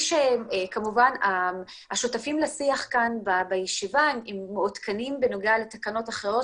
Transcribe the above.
כמובן השותפים לשיח כאן בישיבה הם מעודכנים בנוגע לתקנות אחרות